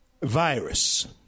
virus